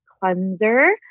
cleanser